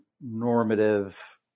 normative